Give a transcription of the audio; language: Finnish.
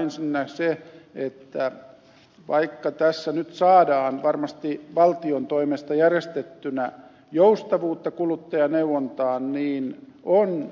ensinnä sitä että vaikka tässä nyt saadaan varmasti valtion toimesta järjestettynä joustavuutta kuluttajaneuvontaan niin on